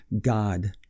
God